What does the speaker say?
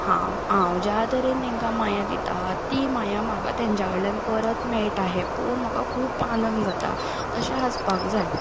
हांव हांव ज्या तरेन तेंका माया दिता ती माया म्हाका तेंच्या कडल्यान परत मेळटा हें पोवून म्हाका खूब आनंद जाता तशें आसपाक जाय